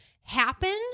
happen